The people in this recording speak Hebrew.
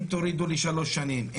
אם תורידו לשלוש שנים,